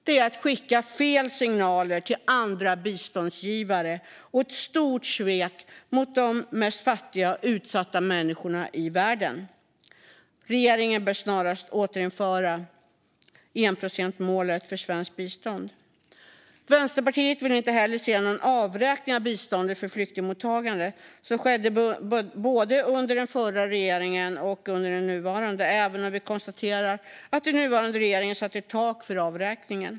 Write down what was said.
Det är att skicka fel signaler till andra biståndsgivare, och det är ett stort svek mot de mest fattiga och utsatta människorna i världen. Regeringen bör snarast återinföra enprocentsmålet för svenskt bistånd. Vänsterpartiet vill inte heller se någon avräkning av biståndet för flyktingmottagande, som både skedde under den förra regeringen och sker under den nuvarande, även om vi konstaterar att den nuvarande regeringen satt ett tak för avräkningen.